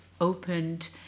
opened